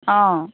অঁ